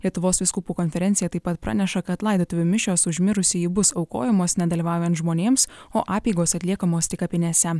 lietuvos vyskupų konferencija taip pat praneša kad laidotuvių mišios už mirusįjį bus aukojamos nedalyvaujant žmonėms o apeigos atliekamos tik kapinėse